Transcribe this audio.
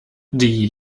die